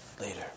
later